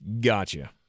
Gotcha